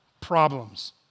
problems